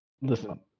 Listen